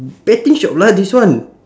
betting shop lah this one